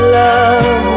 love